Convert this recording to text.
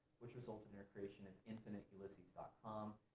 which resulted in her creation of infiniteulysses com,